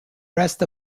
rest